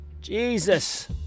Jesus